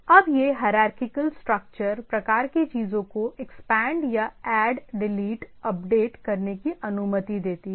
अब यह hierarchical structure प्रकार की चीजों को एक्सपेंड या ऐड डिलीट अपडेट करने की अनुमति देती है